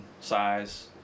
size